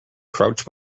crouch